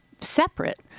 separate